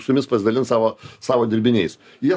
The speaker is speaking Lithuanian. su jumis pasidalins savo savo dirbiniais jie